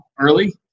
early